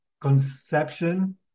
conception